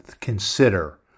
consider